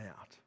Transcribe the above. out